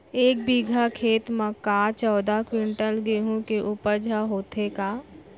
एक बीघा खेत म का चौदह क्विंटल गेहूँ के उपज ह होथे का?